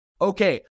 okay